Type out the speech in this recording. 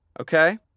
Okay